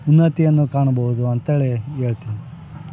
ಉನ್ನತಿಯನ್ನು ಕಾಣ್ಬೋದು ಅಂತೇಳಿ ಹೇಳ್ತಿನಿ